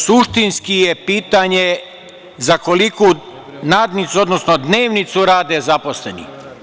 Suštinski je pitanje za koliku nadnicu, odnosno dnevnicu rade zaposleni.